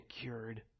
cured